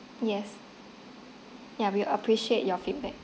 yes ya we appreciate your feedback